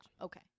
Okay